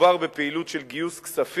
מדובר בפעילות של גיוס כספים,